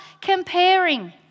comparing